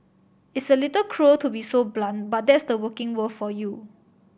it's a little cruel to be so blunt but that's the working world for you